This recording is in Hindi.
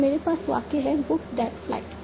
तो मेरे पास वाक्य है बुक दैट फ्लाइट